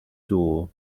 door